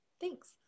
thanks